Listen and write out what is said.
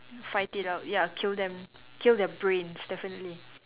fight it out ya kill them kill their brains definitely